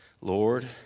Lord